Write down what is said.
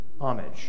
homage